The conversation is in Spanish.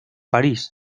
parís